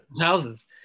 houses